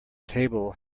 table